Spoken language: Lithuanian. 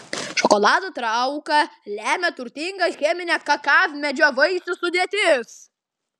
šokolado trauką lemia turtinga cheminė kakavmedžio vaisių sudėtis